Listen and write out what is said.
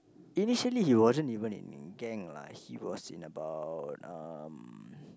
initially he wasn't even in in gang lah he was in about um